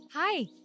Hi